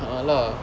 a'ah lah